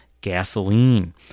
gasoline